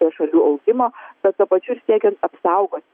prie šalių augimo bet tuo pačiu ir siekiant apsaugoti